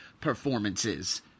performances